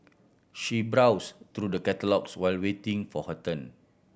she browse through the catalogues while waiting for her turn